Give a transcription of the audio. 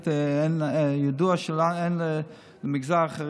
בשנת 2021 עדיין מתקיימים בישראל עינויים